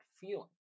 feeling